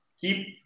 keep